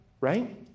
right